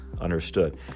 understood